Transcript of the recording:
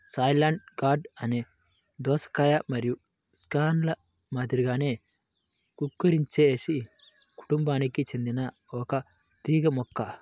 pointed gourd అనేది దోసకాయ మరియు స్క్వాష్ల మాదిరిగానే కుకుర్బిటేసి కుటుంబానికి చెందిన ఒక తీగ మొక్క